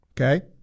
okay